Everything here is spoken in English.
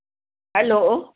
hello